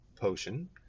potion